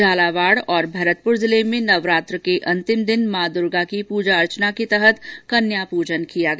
झालावाड़ और भरतपुर जिले में नवरात्रा के अंतिम दिन माँ दुर्गा की पूजा अर्चना के तहत कन्या पूजन किया गया